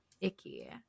Icky